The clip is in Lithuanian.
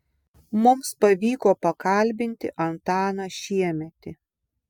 mums pavyko pakalbinti antaną šiemetį